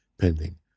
pending